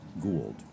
Gould